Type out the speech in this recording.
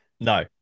no